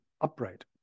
upright